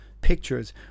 pictures